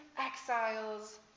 exiles